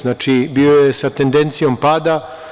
Znači, bio je sa tendencijom pada.